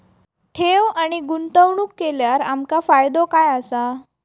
ठेव आणि गुंतवणूक केल्यार आमका फायदो काय आसा?